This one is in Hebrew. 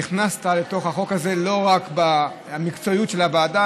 נכנסת לתוך החוק הזה לא רק במקצועיות של הוועדה